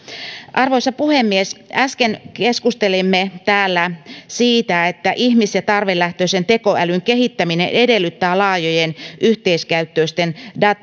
arvoisa puhemies äsken keskustelimme täällä siitä että ihmis ja tarvelähtöisen tekoälyn kehittäminen edellyttää laajojen yhteiskäyttöisten